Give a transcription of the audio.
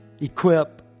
equip